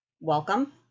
welcome